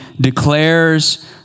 declares